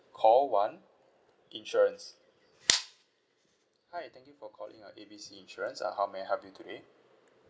call one insurance hi thank you for calling uh A B C insurance uh how may I help you today